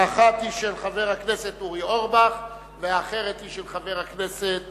האחת של חבר הכנסת אורי אורבך והאחרת של חבר הכנסת